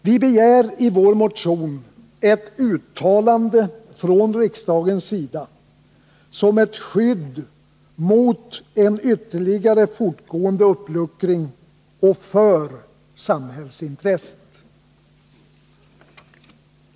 Vi begär i vår motion ett uttalande från riksdagens sida som ett skydd mot ytterligare fortgående uppluckring och för samhällsintresset.